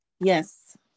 Yes